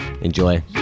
Enjoy